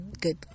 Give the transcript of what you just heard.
good